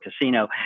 casino